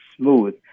smooth